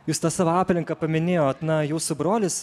jūs tą savo aplinką paminėjot na jūsų brolis